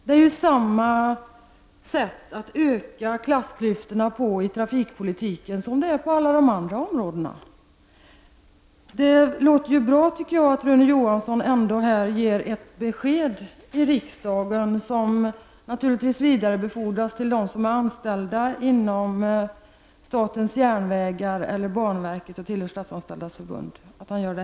Det är samma sätt att öka klassklyftorna i trafikpolitiken som på alla de andra områdena. Det låter bra att Rune Johansson ändå ger ett besked i riksdagen, som naturligtvis vidarebefordras till dem som är anställda inom statens järnvägar och banverket och tillhör Statsanställdas förbund.